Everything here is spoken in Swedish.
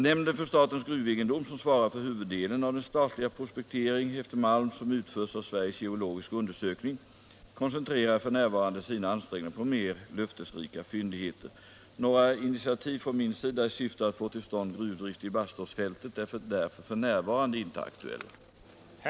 Nämnden för statens gruvegendom, som svarar för huvuddelen av den statliga prospektering efter malm som utförs av Sveriges geologiska undersökning, koncentrerar f. n. sina ansträngningar på mer löftesrika fyndigheter. Några initiativ från min sida i syfte att få till stånd gruvdrift i Baståsfältet är därför f.n. inte aktuella.